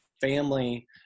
family